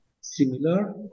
similar